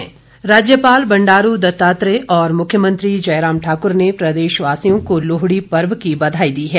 बधाई राज्यपाल बंडारू दत्तात्रेय और मुख्यमंत्री जयराम ठाक्र ने प्रदेशवासियों को लोहड़ी पर्व की बधाई दी है